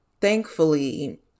thankfully